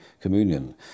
Communion